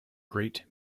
great